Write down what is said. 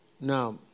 Now